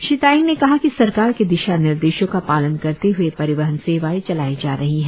श्री तायेंग ने कहा कि सरकार के दिशानिर्देशों का पालन करते हए परिवहन सेवाएं चलाई जा रही है